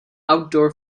outdoor